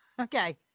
Okay